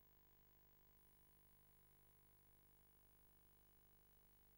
אחד השוטרים מתנפל עליו ונותן לו מכות.